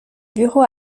bureaux